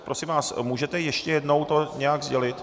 Prosím vás, můžete ještě jednou to nějak sdělit?